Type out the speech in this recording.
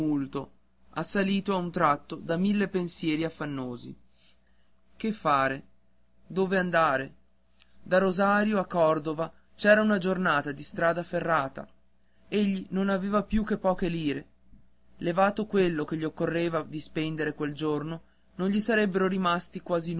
tumulto assalito a un tratto da mille pensieri affannosi che fare dove andare da rosario a cordova c'era una giornata di strada ferrata egli non aveva più che poche lire levato quello che gli occorreva di spendere quel giorno non gli sarebbe rimasto quasi